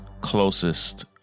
closest